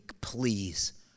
please